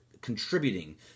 contributing